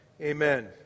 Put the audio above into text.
Amen